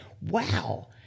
wow